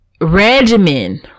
regimen